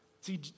See